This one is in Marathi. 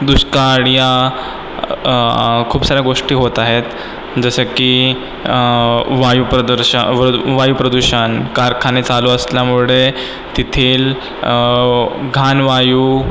दुष्काळ या खूप साऱ्या गोष्टी होत आहेत जसं की वायु प्रदूर्ष वायू प्रदूषण कारखाने चालू असल्यामुळे तेथील घाण वायू